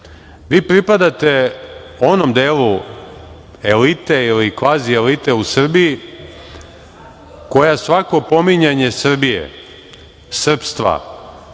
Vi pripadate onom delu elite ili kvazielite u Srbiji koja svako pominjanje Srbije, srpstva,